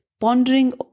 pondering